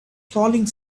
falling